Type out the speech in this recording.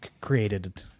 created